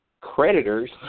creditors